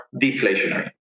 deflationary